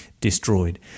destroyed